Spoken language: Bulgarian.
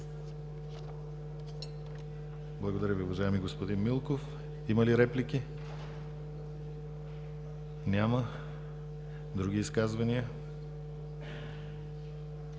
Благодаря Ви, уважаеми господин Милков. Има ли реплики? Няма. Други изказвания?